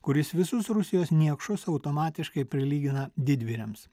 kuris visus rusijos niekšus automatiškai prilygina didvyriams